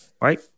right